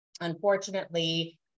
Unfortunately